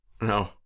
No